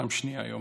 פעם שנייה היום.